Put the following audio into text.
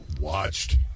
watched